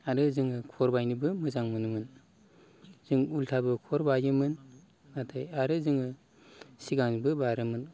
आरो जोङो खुरबायनोबो मोजां मोनोमोन जों उल्थाबो खुरबायोमोन नाथाय आरो जोङो सिगाङैबो बारोमोन